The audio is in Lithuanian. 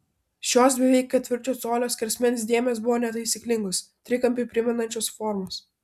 šios beveik ketvirčio colio skersmens dėmės buvo netaisyklingos trikampį primenančios formos